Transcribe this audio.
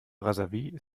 brazzaville